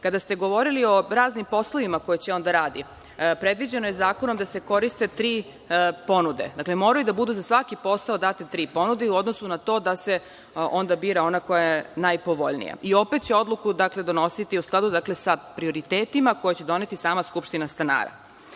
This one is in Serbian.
ne. Kada ste govorili o raznim poslovima koje će on da radi. Predviđeno je zakonom da se koriste tri ponude. Dakle, moraju da budu za svaki posao date tri ponude i u odnosu na to da se onda bira ona koja je najpovoljnija. I, opet će odluku donositi u skladu sa prioritetima koje će doneti sama skupština stanara. Kod